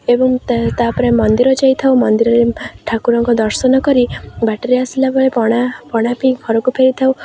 ଏବଂ ତା ତା'ପରେ ମନ୍ଦିର ଯାଇଥାଉ ମନ୍ଦିରରେ ଠାକୁରଙ୍କ ଦର୍ଶନ କରି ବାଟରେ ଆସିଲା ପରେ ପଣା ପଣା ପିଇ ଘରକୁ ଫେରିଥାଉ